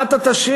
מה אתה תשאיר?